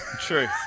true